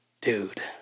dude